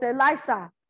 Elisha